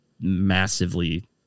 massively